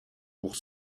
pour